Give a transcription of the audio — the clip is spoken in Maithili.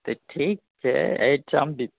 तऽ ठीक छै एहिठाम